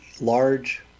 large